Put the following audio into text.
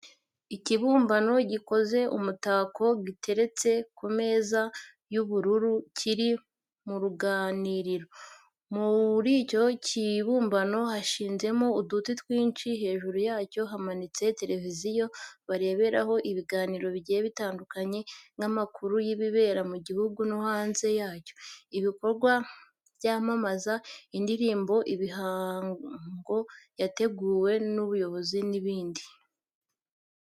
Ikibumbano gikoze umutako giteretse ku meza y'ubururu kiri mu ruganiriro, muri icyo kibumbano hashinzemo uduti twinshi, hejuru yacyo hamanitse televiziyo bareberaho ibiganiro bigiye bitandukanye nk'amakuru y'ibibera mu gihugu no hanze yacyo, ibikorwa byamamaza, indirimbo, imihango yateguwe n'ubuyobozi n'ibindi.